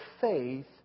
faith